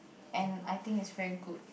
and I think is very good